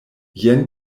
jen